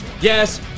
Yes